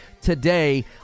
today